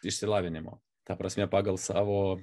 išsilavinimo ta prasme pagal savo